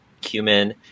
cumin